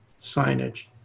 signage